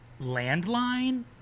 landline